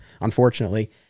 unfortunately